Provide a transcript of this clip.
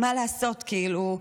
מה לעשות כאילו?